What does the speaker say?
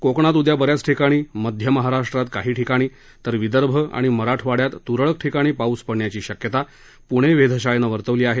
कोकणात उद्या बऱ्याच ठिकाणी मध्य महाराष्ट्रात काही ठिकाणी तर विदर्भ आणि मराठवाड्यात तुरळक ठिकाणी पाऊस पडण्याची शक्यता पुणे वेधशाळेनं वर्तवली आहे